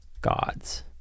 gods